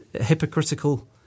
hypocritical